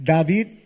David